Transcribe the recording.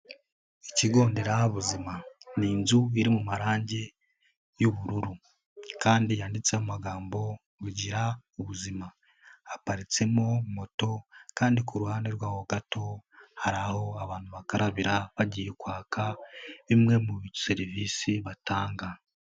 Ikigo nderabuzima ni inzu biri mu marangi y'ubururu kandi yanditseho amagambo ngo gira ubuzima, haparitsemo moto kandi ku ruhande rw'aho gato hari aho abantu bakarabira bagiye kwaka bimwe muri serivisi batanga.